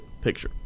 picture